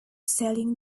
selling